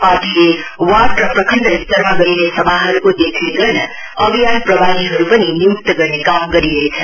पार्टीले वार्ड र प्रखण्ड स्तरमा गरिने सभाहरूको देखरेख गर्न अभियान प्रभारीहरू पनि निय्क्त गर्ने काम गरिरहेछ